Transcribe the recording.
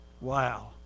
Wow